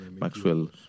Maxwell